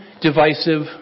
divisive